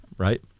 Right